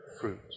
fruit